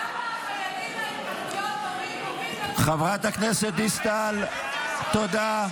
למה, מההתנחלויות אומרים, חברת הכנסת דיסטל, תודה.